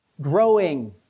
growing